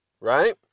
right